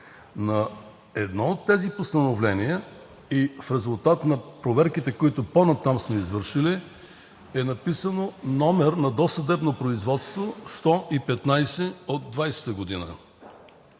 На едно от тези постановления и в резултат на проверките, които по-натам сме извършили, е написан номер на досъдебно производство 115 от 2020 г.